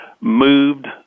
moved